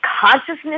consciousness